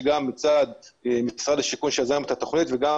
גם מצד משרד השיכון שיזם את התכנית וגם